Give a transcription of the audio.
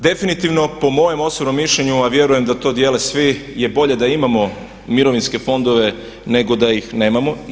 Definitivno po mojem osobnom mišljenju a vjerujem da to dijele svi je bolje da imamo mirovinske fondove nego da ih nemamo.